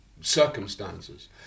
circumstances